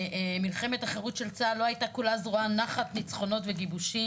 "מלחמת החירות של צה"ל לא הייתה כולה זרועה נחת ניצחונות וכיבושים.